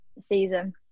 season